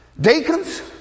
Deacons